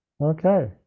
Okay